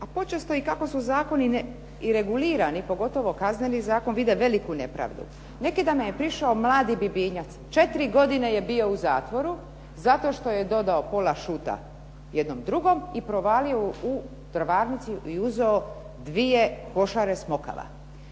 a počesto kako su zakoni i regulirani, pogotovo Kazneni zakon vide veliku nepravdu. Neki dan mi je prišao mladi Bibinjac. 4 godine je bio u zatvoru zato što je dodao pola šuta jednom drugu i provalio u drvarnicu i uzeo dvije košare smokava.